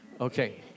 Okay